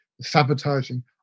sabotaging